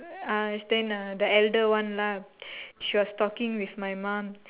ah then the elder one ah she was talking with my mum